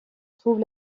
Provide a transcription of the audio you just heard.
trouve